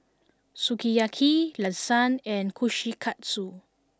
Sukiyaki Lasagne and Kushikatsu